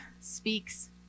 speaks